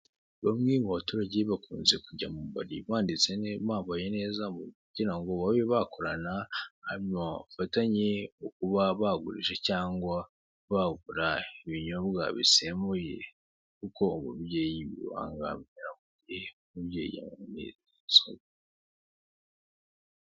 Uyu mupapa mwiza cyane urabona ko umusatsi yawukuyeho hejuru. Hasi hari ubwanwa bwinshi nyuma ye urahabona imitako afite mikoro ari kubwira abantu benshi imbere ye hari ikayi n'ikaramu na telefone yegeranye n'undi mudamu ubona ko yiyubashye.